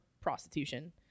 prostitution